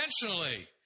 intentionally